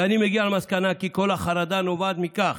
ואני מגיע למסקנה כי כל החרדה נובעת מכך